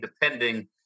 depending